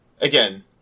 again